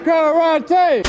Karate